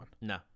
No